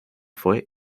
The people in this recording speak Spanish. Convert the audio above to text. fue